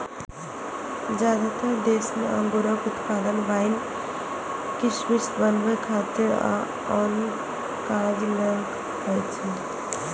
जादेतर देश मे अंगूरक उत्पादन वाइन, किशमिश बनबै खातिर आ आन काज लेल होइ छै